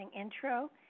intro